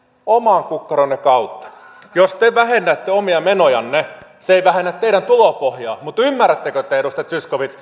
oman kukkaronne kautta jos te vähennätte omia menojanne se ei vähennä teidän tulopohjaanne mutta ymmärrättekö te edustaja zyskowicz